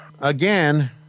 Again